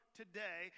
today